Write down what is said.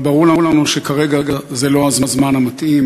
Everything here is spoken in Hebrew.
אבל ברור לנו שכרגע זה לא הזמן המתאים,